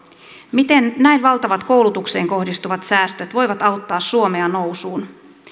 miten näin valtavat koulutukseen kohdistuvat säästöt voivat auttaa suomea nousuun